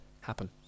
happen